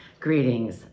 Greetings